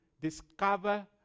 discover